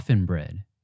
Bread